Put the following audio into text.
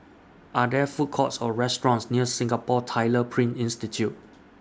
Are There Food Courts Or restaurants near Singapore Tyler Print Institute